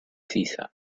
seaside